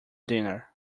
dinner